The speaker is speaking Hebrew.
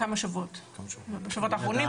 בשבועות האחרונים,